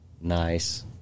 nice